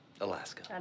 Alaska